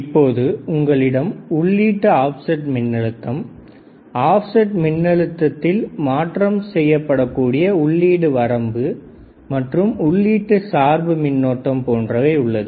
இப்போது உங்களிடம் உள்ளீடு ஆப்செட் மின்னழுத்தம்ஆப்செட் மின்னழுத்தில் மாற்றம் செய்யப்பட கூடிய உள்ளீடு வரம்பு மற்றும் உள்ளீட்டு சார்பு மின்னோட்டம் போன்றவை உள்ளது